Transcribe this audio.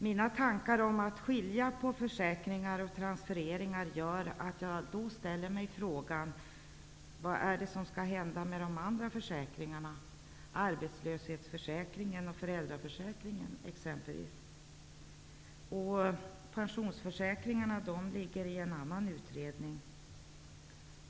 Mina tankar om att skilja på försäkringar och transfereringar gör att jag då frågar mig vad som skall hända med de andra försäkringarna: exempelvis arbetslöshetsförsäkringen och föräldraförsäkringen. Pensionsförsäkringarna behandlas i en annan utredning.